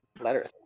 letters